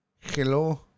Hello